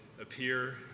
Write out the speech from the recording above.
appear